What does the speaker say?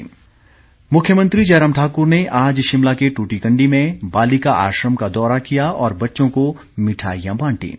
मुख्यमंत्री मुख्यमंत्री जयराम ठाकुर ने आज शिमला के ट्टीकंडी में बालिका आश्रम का दौरा किया और बच्चों को मिठाईयां बांटीं